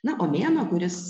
na o mėnuo kuris